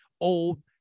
old